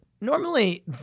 normally